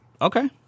Okay